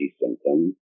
symptoms